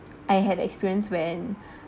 I had experience when